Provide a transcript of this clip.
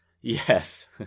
Yes